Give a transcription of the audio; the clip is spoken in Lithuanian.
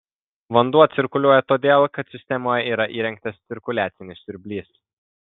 vanduo cirkuliuoja todėl kad sistemoje yra įrengtas cirkuliacinis siurblys